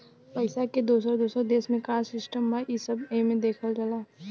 पइसा के दोसर दोसर देश मे का सिस्टम बा, ई सब एमे देखल जाला